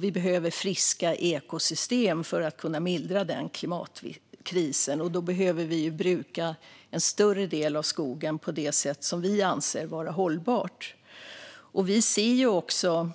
Vi behöver friska ekosystem för att kunna mildra den klimatkrisen, och då behöver vi bruka en större del av skogen på det sätt som vi anser vara hållbart. Vi ser också